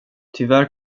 tyvärr